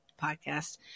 podcast